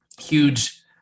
huge